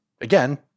again